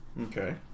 Okay